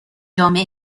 جامعه